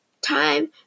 time